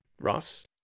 ross